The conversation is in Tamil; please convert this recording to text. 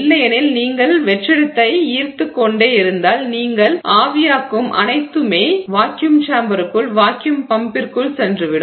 இல்லையெனில் நீங்கள் வெற்றிடத்தை வரைந்து ஈர்த்துக் கொண்டே இருந்தால் நீங்கள் ஆவியாக்கும் அனைத்துமே வாக்யும் சேம்பருக்கள் வாக்யும் பம்ப்பிற்குள் சென்று விடும்